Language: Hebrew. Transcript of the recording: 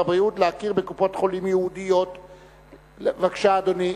אני מזמין את שר הבריאות לבוא ולעלות על מנת להציג